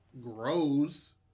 grows